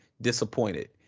disappointed